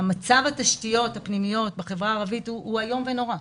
מצב התשתיות הפנימיות בחברה הערבית הוא איום ונורא,